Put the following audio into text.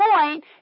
point